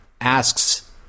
asks